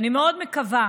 ואני מאוד מקווה